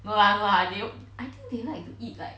no lah no lah I think they like to eat like